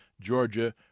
Georgia